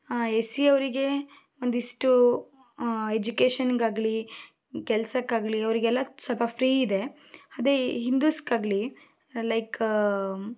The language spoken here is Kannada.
ಎಸ್ ಸಿ ಅವರಿಗೆ ಒಂದಿಷ್ಟು ಎಜುಕೇಷನ್ಗಾಗಲೀ ಕೆಲಸಕ್ಕಾಗಲೀ ಅವರಿಗೆಲ್ಲ ಸ್ವಲ್ಪ ಫ್ರೀ ಇದೆ ಅದೇ ಹಿಂದೂಸ್ಗಾಗಲೀ ಲೈಕ್